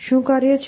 શું કાર્ય છે